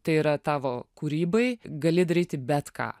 tai yra tavo kūrybai gali daryti bet ką